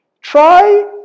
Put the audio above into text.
try